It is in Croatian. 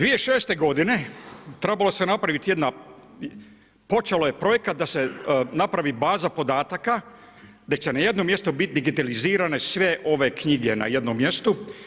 2006. godine trebala se napraviti jedna, počeo je projekat da se napravi baza podataka gdje će na jednom mjestu biti digitalizirane sve ove knjige na jednom mjestu.